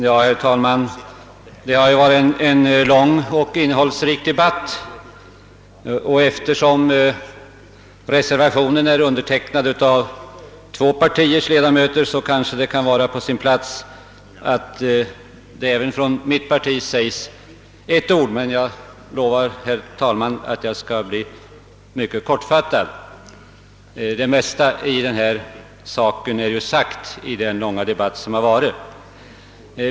Herr talman! Det har varit en lång och innehållsrik debatt. Eftersom reservationen är undertecknad av ledamöter från två partier kan det kanske vara på sin plats att det även från mitt partis sida säges några ord. Jag lovar emellertid, herr talman, att bli mycket kortfattad, ty det mesta i denna fråga har redan sagts under den långa debatten.